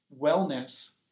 wellness